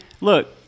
look